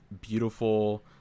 beautiful